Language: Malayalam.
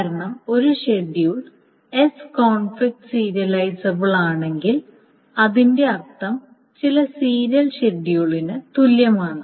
കാരണം ഒരു ഷെഡ്യൂൾ എസ് കോൺഫ്ലിക്റ്റ് സീരിയലൈസബിൾ ആണെങ്കിൽ അതിന്റെ അർത്ഥം അത് ചില സീരിയൽ ഷെഡ്യൂളിന് തുല്യമാണ്